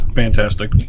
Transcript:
fantastic